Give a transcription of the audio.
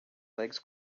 legs